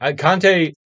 Conte